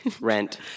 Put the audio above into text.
Rent